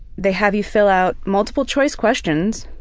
they have you fill out multiple choice questions